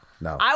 No